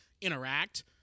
interact